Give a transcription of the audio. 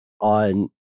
on